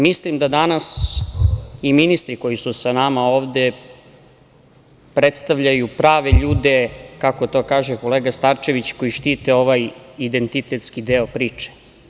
Mislim da danas i ministri koji su sa nama ovde predstavljaju prave ljude, kako to kaže kolega Starčević, koji štite ovaj identitetski deo priče.